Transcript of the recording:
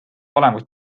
olemust